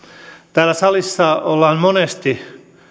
täällä salissa on monesti